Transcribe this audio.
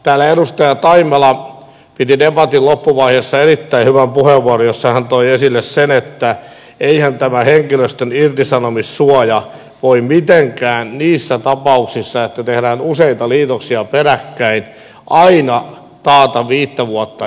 täällä edustaja taimela piti debatin loppuvaiheessa erittäin hyvän puheenvuoron jossa hän toi esille sen että eihän tämä henkilöstön irtisanomissuoja voi mitenkään niissä tapauksissa että tehdään useita liitoksia peräkkäin aina taata viittä vuotta eteenpäin